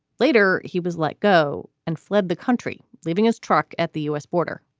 later, he was let go and fled the country, leaving his truck at the u s. border.